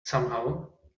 somehow